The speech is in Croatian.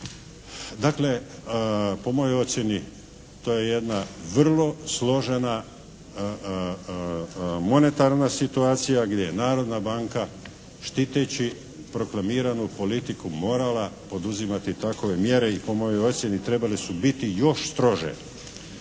Dakle, po mojoj ocjeni to je jedna vrlo složena monetarna situacija gdje je Narodna banka štiteći proklamiranu politiku morala poduzimati takove mjere i po mojoj ocjeni trebale su biti još strože.